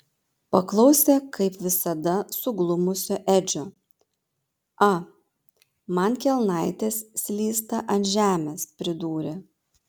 paklausė kaip visada suglumusio edžio a man kelnaitės slysta ant žemės pridūrė